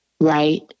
Right